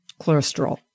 cholesterol